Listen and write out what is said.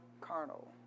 carnal